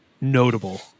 notable